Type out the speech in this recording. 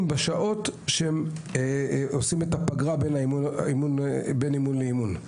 בשעות של ההפסקה בין אימון לאימון.